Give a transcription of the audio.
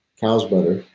cow's butter,